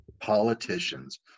politicians